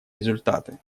результаты